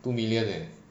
two million eh